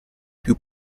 più